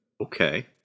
Okay